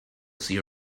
see